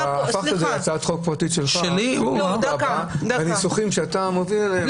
הפכת את זה להצעת חוק פרטית שלך בניסוחים שאתה מוביל אליהם.